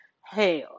hell